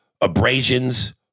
abrasions